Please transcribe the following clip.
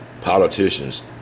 politicians